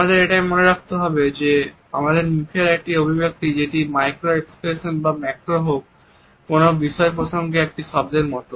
আমাদের এটাও মনে রাখতে হবে যে আমাদের মুখের একটি অভিব্যক্তি সেটি ম্যাক্রো হোক বা মাইক্রো হোক কোন বিশেষ প্রসঙ্গে একটি শব্দের মত